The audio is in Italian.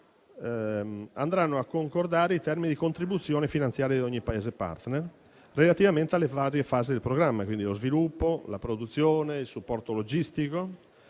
andranno a concordare i termini di contribuzione finanziaria di ogni Paese *partner* relativamente alle varie fasi del programma (sviluppo, produzione e supporto logistico),